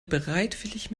bereitwillig